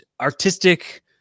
artistic